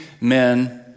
men